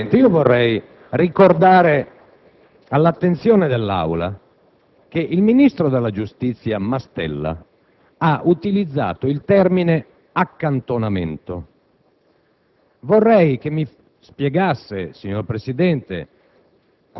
questo è il punto. La certezza della decisione, anche all'interno di un ufficio giudiziario come la procura della Repubblica, va attuata nel senso che ci sia un orientamento omogeneo per i casi più particolari e più delicati,